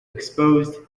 exposed